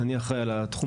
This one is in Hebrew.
אני אחראי על התחום בכלל.